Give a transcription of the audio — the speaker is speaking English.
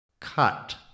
Cut